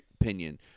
opinion